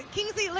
kingsley. like